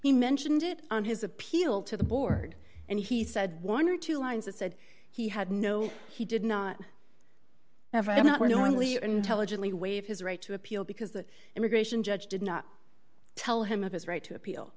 he mentioned it on his appeal to the board and he said one or two lines it said he had no he did not ever did not knowingly intelligently waive his right to appeal because the immigration judge did not tell him of his right to appeal